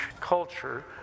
culture